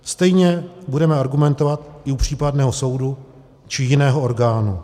Stejně budeme argumentovat u případného soudu či jiného orgánu.